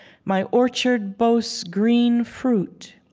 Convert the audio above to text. my orchard boasts green fruit.